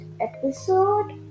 episode